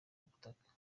butaka